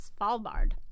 Svalbard